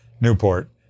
Newport